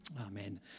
Amen